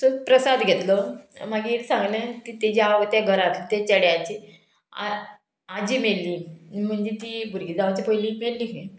प्रसाद घेतलो मागीर सांगलें की तेज्या घरांत त्या चेड्याची आ आजी मेल्ली म्हणजे ती भुरगी जांवचे पयली मेल्ली खंय